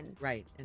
right